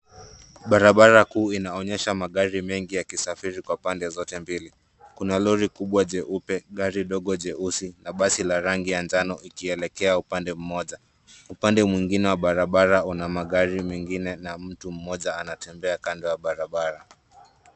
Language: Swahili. Barabara kuu inaonyesha magari mengi yakisafiri kwa pande zote mbili. Kuna lori kubwa jeupe, gari dogo jeusi na basi la rangi ya njano ikielekea upande mmoja. Upande mwingine wa barabara una magari mengine na mtu mmoja anatembea kando ya barabara.